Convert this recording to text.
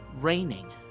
raining